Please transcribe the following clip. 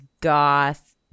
goth